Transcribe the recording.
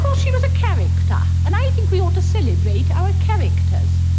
she was a character, and i think we ought to celebrate our characters.